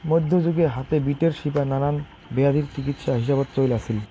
মইধ্যযুগ হাতে, বিটের শিপা নানান বেয়াধির চিকিৎসা হিসাবত চইল আছিল